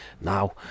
now